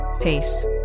Peace